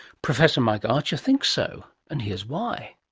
professor mike archer thinks so, and here's why.